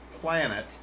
planet